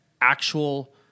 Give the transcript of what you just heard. actual